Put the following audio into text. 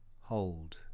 hold